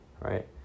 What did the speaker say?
right